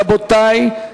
רבותי,